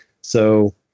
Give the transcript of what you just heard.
So-